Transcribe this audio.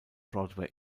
broadway